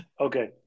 Okay